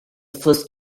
first